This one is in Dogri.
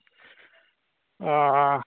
हा